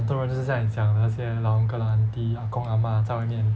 很多人就是像你讲的老 uncle 老 aunty 阿公阿嬷在外面